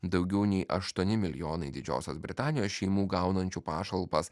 daugiau nei aštuoni milijonai didžiosios britanijos šeimų gaunančių pašalpas